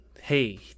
hey